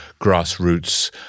grassroots